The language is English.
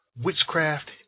witchcraft